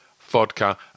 vodka